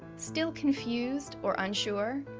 still confused or unsure?